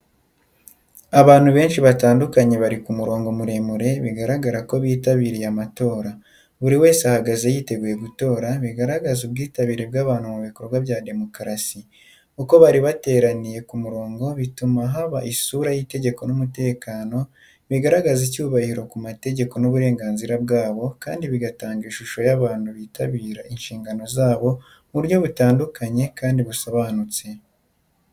Abantu benshi batandukanye bari ku murongo muremure, bigaragara ko bitabiriye amatora. Buri wese ahagaze yiteguye gutora, bigaragaza ubwitabire bw’abantu mu bikorwa bya demokarasi. Uko bari bateraniye ku murongo bituma haba isura y’itegeko n’umutekano, bagaragaza icyubahiro ku mategeko n’uburenganzira bwabo, kandi bigatanga ishusho y’abantu bitabira inshingano zabo mu buryo butunganye kandi busobanutse.